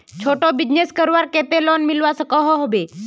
छोटो बिजनेस करवार केते लोन मिलवा सकोहो होबे?